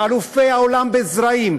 אלופי העולם בזרעים,